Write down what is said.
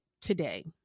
today